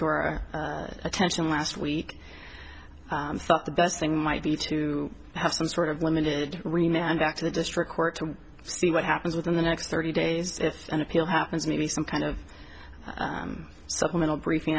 to our attention last week i thought the best thing might be to have some sort of limited rematch and back to the district court to see what happens within the next thirty days if an appeal happens maybe some kind of supplemental briefing